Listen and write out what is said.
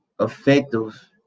effective